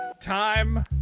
time